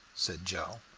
said joe.